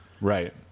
Right